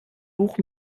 buch